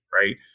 Right